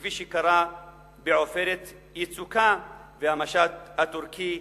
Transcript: כפי שקרה ב"עופרת יצוקה" והמשט הטורקי,